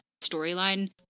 storyline